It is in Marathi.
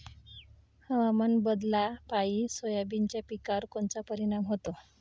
हवामान बदलापायी सोयाबीनच्या पिकावर कोनचा परिणाम होते?